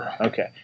Okay